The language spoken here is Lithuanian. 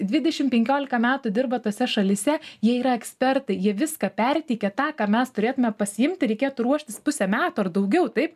dvidešim penkiolika metų dirba tose šalyse jie yra ekspertai jie viską perteikia tą ką mes turėtume pasiimti reikėtų ruoštis pusę metų ar daugiau taip